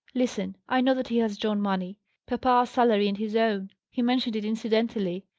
listen. i know that he has drawn money papa's salary and his own he mentioned it incidentally.